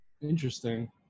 Interesting